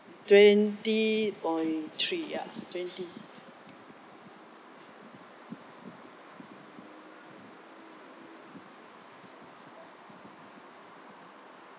twenty point three ya twenty